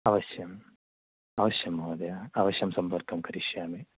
अवश्यम् अवश्यं महोदय अवश्यं सम्पर्कं करिष्यामि